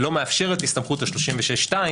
לא מאפשרת הסתמכות על 36 (2).